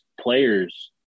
players